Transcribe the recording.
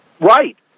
right